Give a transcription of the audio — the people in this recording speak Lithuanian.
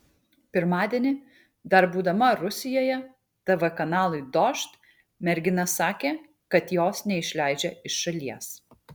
pirmadienį dar būdama rusijoje tv kanalui dožd mergina sakė kad jos neišleidžia iš šalies